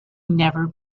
never